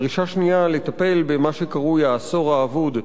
דרישה שנייה, לטפל במה שקרוי "העשור האבוד",